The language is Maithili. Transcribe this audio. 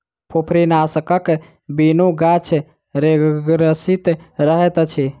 फुफरीनाशकक बिनु गाछ रोगग्रसित रहैत अछि